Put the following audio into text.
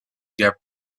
their